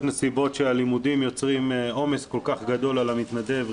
נסיבות שהלימודים יוצרים עומס כל כך גדול על המתנדב,